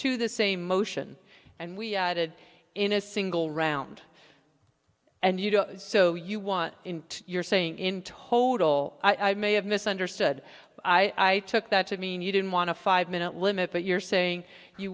to the same motion and we added in a single round and you know so you want in you're saying in total i may have misunderstood i took that to mean you didn't want to five minute limit but you're saying you